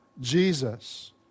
Jesus